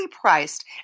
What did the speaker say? priced